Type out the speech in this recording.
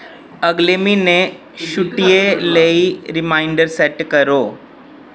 अगले म्हीने छुट्टियें लेई रिमाइंडर सैट्ट करो